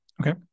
Okay